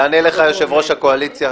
יענה לך יושב-ראש הקואליציה,